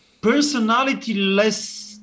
personality-less